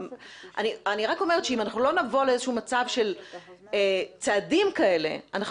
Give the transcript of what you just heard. אני רק אומרת שאם אנחנו לא נבוא לאיזה שהוא מצב של צעדים כאלה אנחנו